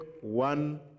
one